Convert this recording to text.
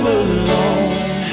alone